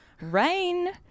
Rain